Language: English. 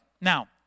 Now